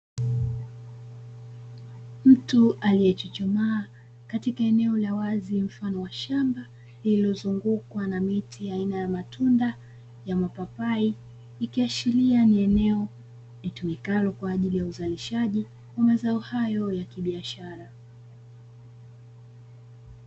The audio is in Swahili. Mtu aliye chuchumaa katika eneo la wazi mfano wa shamba lililo zungukwa na miti aina ya matunda ya mapapai, ikiashiria ni eneo litumikalo kwa ajili ya uzalishaji wa mazao hayo ya kibiashara.